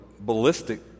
ballistic